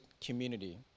community